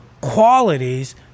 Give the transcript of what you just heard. qualities